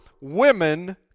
women